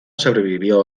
sobrevivió